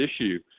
issue